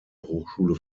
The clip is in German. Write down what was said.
hochschule